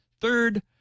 Third